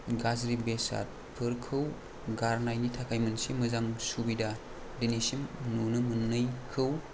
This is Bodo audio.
गाज्रि बेसादफोरखौ गारनायनि थाखाय मोनसे मोजां सुबिदा दिनैसिम नुनो मोनैखौ